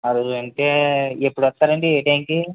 ఆరుగురు అంటే ఎప్పుడు వస్తారు అండి ఏ టైమ్కి